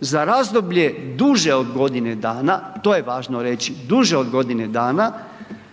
za razdoblje duže od godine dana, to je važno reći, duže od godine dana,